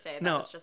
No